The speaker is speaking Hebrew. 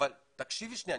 אבל תקשיבי שנייה,